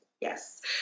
Yes